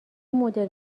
مدل